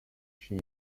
she